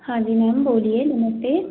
हाँ जी मैम बोलिए नमस्ते